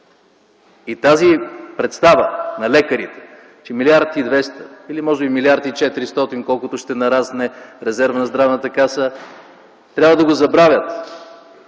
И тази представа на лекарите, че милиард и двеста или може би милиард и четиристотин – колкото ще нарасне резервът на Здравната каса, трябва да го забравят.